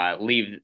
leave